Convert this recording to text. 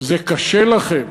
זה קשה לכם.